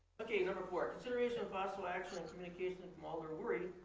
okay, number four, consideration with possible action on communication from alder wery,